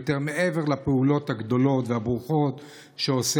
מעבר לפעולות הגדולות והברוכות שעושים